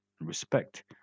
Respect